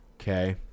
Okay